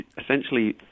essentially